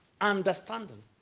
understanding